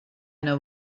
know